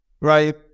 right